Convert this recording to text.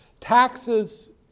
Taxes